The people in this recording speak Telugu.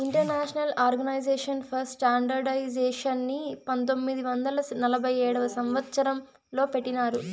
ఇంటర్నేషనల్ ఆర్గనైజేషన్ ఫర్ స్టాండర్డయిజేషన్ని పంతొమ్మిది వందల నలభై ఏడవ సంవచ్చరం లో పెట్టినారు